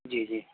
جی جی